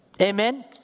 Amen